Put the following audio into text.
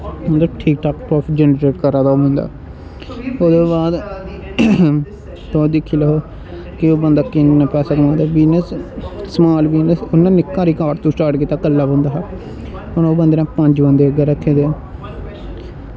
मतलब ठीक ठाक प्राफिट जनरेट करा दा ओह् बंदा ओह्दे बाद तुस दिक्खी लैओ कि ओह् बंदा किन्ना पैसा कमांदा होग समाल बिजनस उ'नें निक्के हारे कार्ड तों स्टार्ट कीता हा कल्ला बंदा हा हून उस बंदे नै पंज बंदे अग्गें रक्खे दे